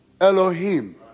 Elohim